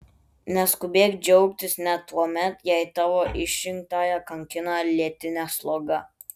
neskubėk džiaugtis net tuomet jei tavo išrinktąją kankina lėtinė sloga